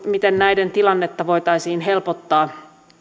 miten näiden tilannetta voitaisiin helpottaa